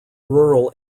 rural